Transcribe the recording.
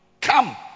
Come